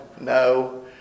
No